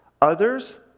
Others